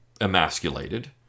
emasculated